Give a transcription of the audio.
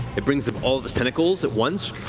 it brings up all of its tentacles at once,